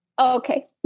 Okay